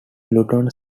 luton